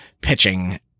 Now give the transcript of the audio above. pitching